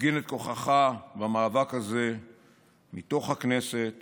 שתפגין את כוחך במאבק הזה מתוך הכנסת